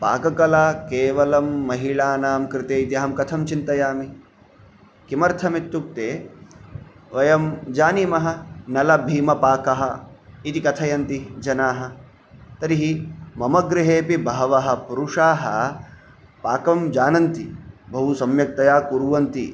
पाककला केवलं महिलानां कृते इति अहं कथं चिन्तयामि किमर्थम् इत्युक्ते वयं जानीमः नलभीमपाकः इति कथयन्ति जनाः तर्हि मम गृहेपि बहवः पुरुषाः पाकं जानन्ति बहु सम्यक्तया कुर्वन्ति